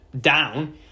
down